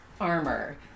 armor